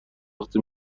وقتی